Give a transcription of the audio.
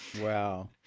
Wow